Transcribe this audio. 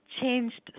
changed